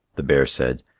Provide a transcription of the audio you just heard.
the bear said,